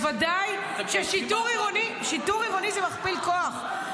בוודאי ששיטור עירוני הוא מכפיל כוח,